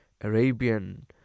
Arabian